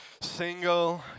single